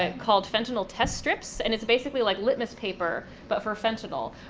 and called fentanyl test strips. and it's basically like litmus paper but for fentanyl.